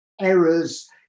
errors